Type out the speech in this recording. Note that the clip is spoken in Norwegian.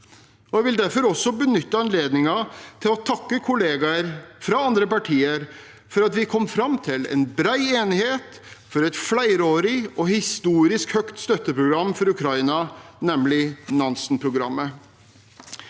Jeg vil derfor også benytte anledningen til å takke kollegaer fra andre partier for at vi kom fram til en bred enighet om et flerårig og historisk høyt støtteprogram for Ukraina, nemlig Nansenprogrammet.